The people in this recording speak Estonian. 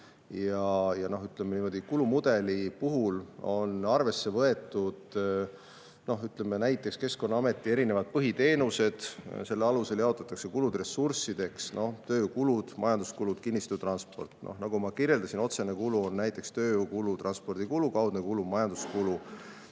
et kulumudeli puhul on arvesse võetud näiteks Keskkonnaameti erinevad põhiteenused, selle alusel jaotatakse kulud ressurssideks, nagu tööjõukulud, majanduskulud, kinnistu ja transport. Nagu ma kirjeldasin, otsene kulu on näiteks tööjõukulu ja transpordikulu ning kaudne kulu on majanduskulu,